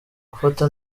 gufata